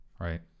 Right